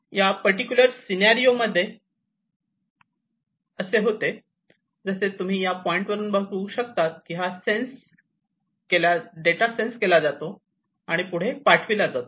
ह्या particular scenario मध्ये असे होते जसे तुम्ही या पॉइंटवरून बघू शकता की हा सेन्स केल्या जातो आणि पुढे पाठविला जातो